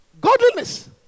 Godliness